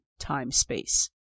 time-space